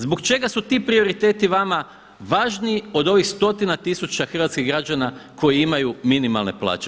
Zbog čega su ti prioriteti vama važniji od ovih stotina tisuća hrvatskih građana koji imaju minimalne plaće?